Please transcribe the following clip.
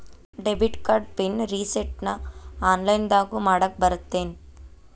debit card PIN ರಿಸೆಟ್ನ ಆನ್ಲೈನ್ದಗೂ ಮಾಡಾಕ ಬರತ್ತೇನ್